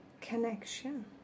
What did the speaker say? connection